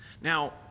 Now